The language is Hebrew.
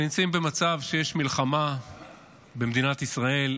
אנחנו נמצאים במצב שיש מלחמה במדינת ישראל,